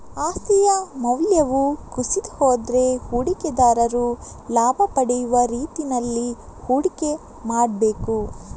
ಆಸ್ತಿಯ ಮೌಲ್ಯವು ಕುಸಿದು ಹೋದ್ರೆ ಹೂಡಿಕೆದಾರರು ಲಾಭ ಪಡೆಯುವ ರೀತಿನಲ್ಲಿ ಹೂಡಿಕೆ ಮಾಡ್ಬೇಕು